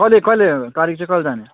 कहिले कहिले तारिख चाहिँ कहिले जाने